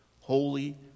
Holy